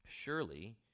Surely